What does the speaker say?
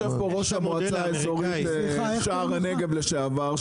יושב פה ראש המועצה האזורית שער הנגב לשעבר,